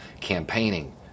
Campaigning